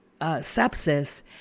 sepsis